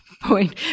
point